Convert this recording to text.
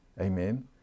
Amen